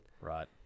Right